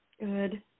Good